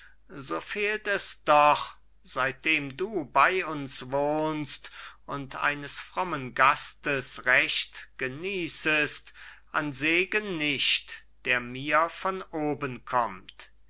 so fehlt es doch seitdem du bei uns wohnst und eines frommen gastes recht genießest an segen nicht der mir von oben kommt